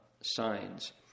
signs